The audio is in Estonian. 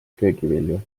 köögivilju